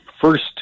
first